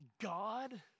God